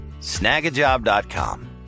Snagajob.com